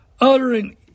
uttering